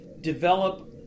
develop